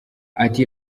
ati